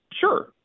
Sure